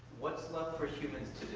what's left for humans